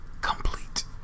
Complete